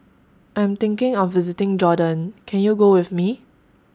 I'm thinking of visiting Jordan Can YOU Go with Me